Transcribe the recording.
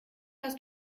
hast